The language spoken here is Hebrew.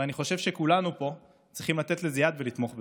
ואני חושב שכולנו פה צריכים לתת לזה יד ולתמוך בזה.